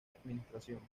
administración